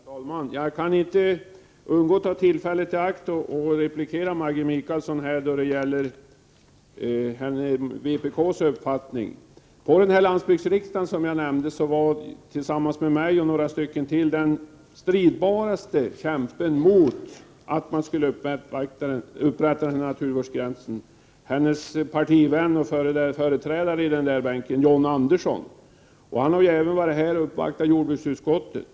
Herr talman! Jag kan inte underlåta att ta tillfället i akt att replikera Maggi Mikaelsson då det gäller vpk:s uppfattning. På landsbygdsriksdagen, som jag nämnde förut, var tillsammans med mig och några stycken till den stridbaraste kämpen mot att man skulle upprätta en naturvårdsgräns Maggi Mikaelssons partivän och företrädare i riksdagsbänken, John Andersson. Han har även varit här och uppvaktat jordbruksutskottet.